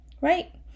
Right